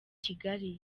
kigali